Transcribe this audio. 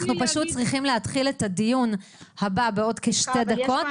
אנחנו צריכים להתחיל את הדיון הבא בעוד כשתי דקות